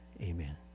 Amen